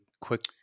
quick